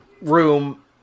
room